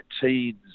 teens